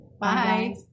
Bye